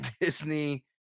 disney